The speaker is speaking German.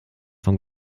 vom